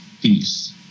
peace